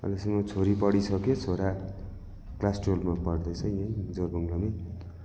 अहिलेसम्म छोरी पढिसक्यो छोरा क्लास टुवेल्भमा पढदैछ यहीं जोरबङ्गलामै